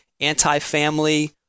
anti-family